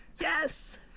Yes